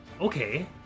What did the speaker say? Okay